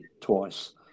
twice